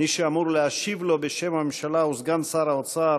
מי שאמור להשיב לו בשם הממשלה הוא סגן שר האוצר,